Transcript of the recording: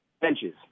benches